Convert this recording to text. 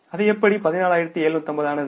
அது எப்படி 14750 ஆனது